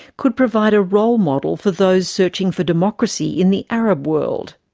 could provide a role model for those searching for democracy in the arab world?